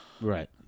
Right